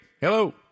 hello